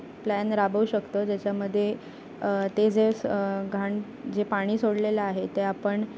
plan राबवू शकतो ज्याच्यामध्ये ते जे घाण जे पाणी सोडलेलं आहे ते आपण